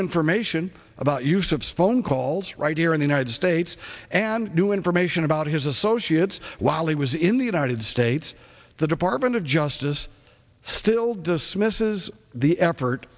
information about use of phone calls right here in the united states and new information about his associates while he was in the united states the department of justice still dismisses the effort